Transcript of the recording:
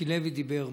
מיקי לוי דיבר.